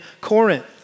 Corinth